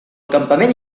campament